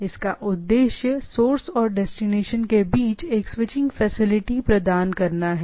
इसका उद्देश्य सोर्स और डेस्टिनेशन के बीच एक स्विचिंग फैसिलिटी प्रदान करना है